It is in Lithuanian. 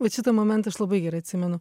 vat šitą momentą aš labai gerai atsimenu